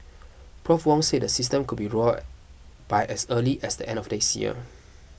Prof Wong said the system could be rolled by as early as the end of next year